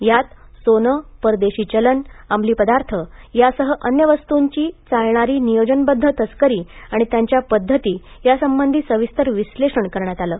यात सोनं परदेशी चलन अंमली पदार्थ यासह अन्य वस्तूंची चालणारी नियोजनबध्द्ध तस्करी आणि त्याच्या पद्धती यासंबंधी सविस्तर विश्लेषण करण्यात आलं आहे